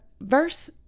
verse